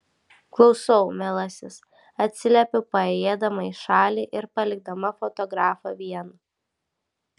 klausau mielasis atsiliepiu paėjėdama į šalį ir palikdama fotografą vieną